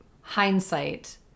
Hindsight